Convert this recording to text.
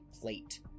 plate